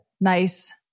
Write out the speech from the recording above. nice